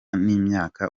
n’imyaka